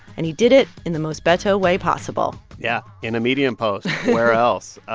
and he did it in the most beto way possible yeah, in a medium post where else?